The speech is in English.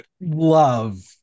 love